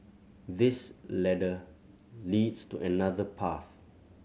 this ladder leads to another path